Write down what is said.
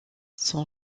son